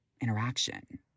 interaction